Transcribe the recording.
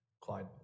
Clyde